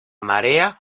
marea